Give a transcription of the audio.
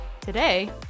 Today